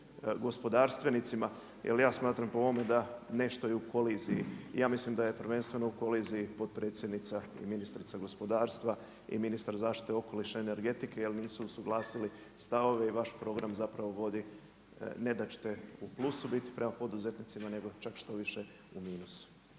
gospodarstvenicima jer ja smatram po ovome da je nešto i u koliziji. I ja mislim da je prvenstveno u koliziji potpredsjednica i ministrica gospodarstva i ministar zaštite okoliša i energetike jer nisu usuglasili stavove i vaš program zapravo vodi, ne da ćete u plusu biti prema poduzetnicima, nego čak štoviše u minusu.